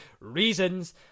reasons